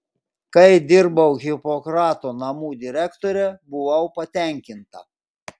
kai dirbau hipokrato namų direktore buvau patenkinta